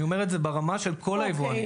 אני אומר את זה ברמה של כל היבואנים,